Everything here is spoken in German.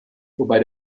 wobei